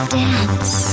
dance